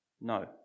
no